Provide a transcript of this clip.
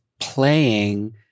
playing